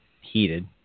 heated